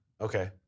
Okay